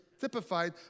typified